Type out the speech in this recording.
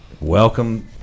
Welcome